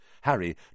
Harry